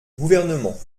gouvernement